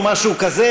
או משהו כזה,